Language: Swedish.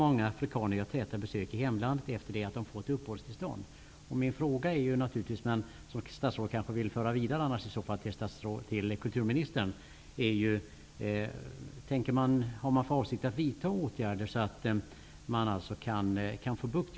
Många afrikaner gör täta besök i hemlandet efter det att de fått uppehållstillstånd.'' Min fråga, som statsrådet kan föra vidare till kulturministern, är då: Har man för avsikt att vidta åtgärder för att få bukt med just det här problemet?